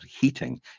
heating